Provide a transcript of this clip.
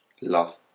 love